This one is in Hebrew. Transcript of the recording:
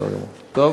טוב.